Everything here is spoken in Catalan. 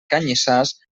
canyissars